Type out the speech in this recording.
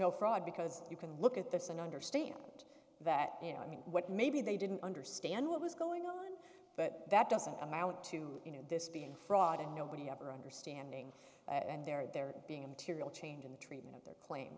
no fraud because you can look at this and understand that you know i mean what maybe they didn't understand what was going on but that doesn't amount to this being fraud and nobody ever understanding and there being a material change in the treatment of their cla